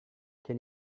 can